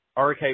RK